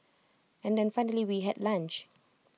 and then finally we had lunch